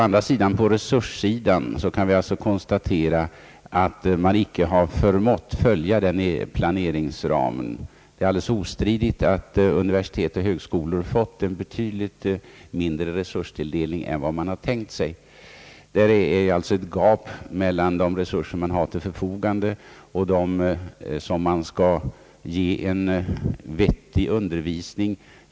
Beträffande resurserna kan vi konstatera att man inte har förmått följa planeringsramen. Det är alldeles ostridigt att universitet och högskolor har fått en betydligt mindre resurstilldelning än vad de har tänkt sig. Där har alltså uppstått ett gap mellan de resurser som man har till förfogande och de resurser som krävs för att man skall kunna ge en vettig undervisning.